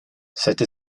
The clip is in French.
cette